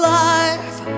life